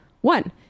One